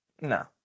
No